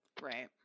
Right